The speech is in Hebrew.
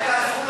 אולי תעשו,